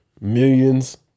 millions